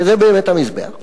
שזה באמת המזבח?